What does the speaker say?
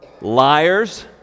liars